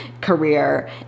career